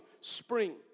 spring